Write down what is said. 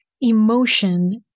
emotion